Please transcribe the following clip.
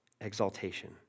exaltation